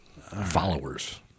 Followers